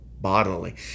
bodily